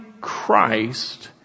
Christ